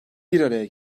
biraraya